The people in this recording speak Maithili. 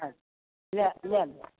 अच्छा लए लए जाउ